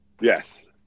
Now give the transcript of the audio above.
Yes